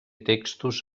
textos